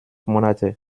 monate